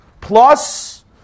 plus